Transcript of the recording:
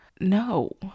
No